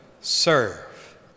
serve